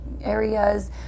areas